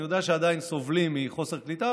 אני יודע שעדיין סובלים מחוסר קליטה,